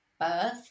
birth